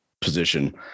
position